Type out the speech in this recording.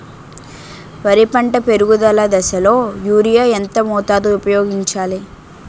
వరి పంట పెరుగుదల దశలో యూరియా ఎంత మోతాదు ఊపయోగించాలి?